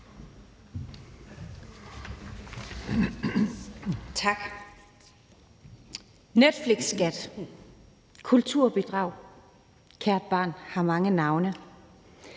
Netflixskat, kulturbidrag – kært barn har mange navne.